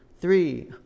three